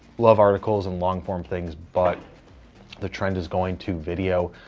love articles and long form things, but the trend is going to video.